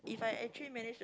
if I actually manage to